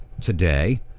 today